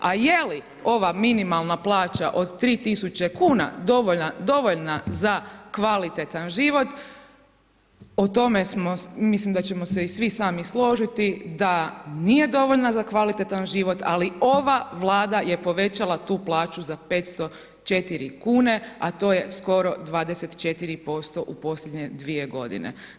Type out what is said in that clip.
A je li ova minimalna plaća od 3.000 kuna dovoljna za kvalitetan život, o tome smo se, mislim da ćemo se i svi sami složiti da nije dovoljna za kvalitetan život, ali ova Vlada je povećala tu plaću za 504 kune, a to je skoro 24% u posljednje dvije godine.